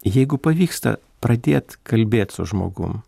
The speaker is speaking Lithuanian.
jeigu pavyksta pradėt kalbėt su žmogum